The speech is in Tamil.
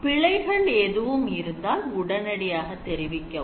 பிழைகள் எதுவும் இருந்தால் உடனடியாக தெரிவிக்கவும்